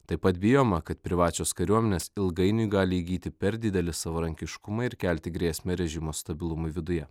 taip pat bijoma kad privačios kariuomenės ilgainiui gali įgyti per didelį savarankiškumą ir kelti grėsmę režimo stabilumui viduje